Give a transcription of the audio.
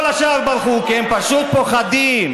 כל השאר ברחו, כי הם פשוט פוחדים,